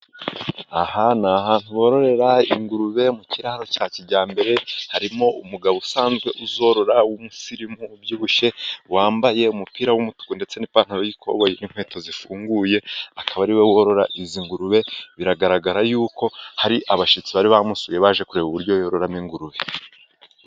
Aha ni ahantu bororera ingurube mu kiraro cya kijyambere ,harimo umugabo usanzwe uzorora w'umusirimu ,ubyibushye wambaye umupira w'umutuku ndetse n'ipantaro y'ikoboyi ,n'inkweto zifunguye, akaba ari we worora izi ngurube, biragaragara yuko hari abashyitsi bari bamusuye baje kureba uburyo yororamo ingurube.